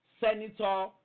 senator